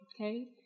okay